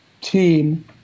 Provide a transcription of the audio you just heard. team